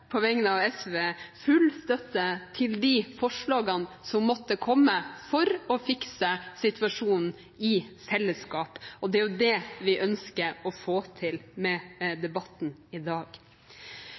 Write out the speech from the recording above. på vegne av SV full støtte til de forslagene som måtte komme for å fikse situasjonen i fellesskap, og det er det vi ønsker å få til med debatten i dag.